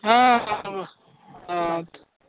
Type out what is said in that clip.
हां हां